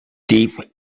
deep